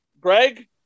Greg